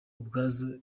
ubwazo